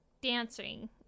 Dancing